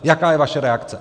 Jaká je vaše reakce?